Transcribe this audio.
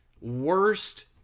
worst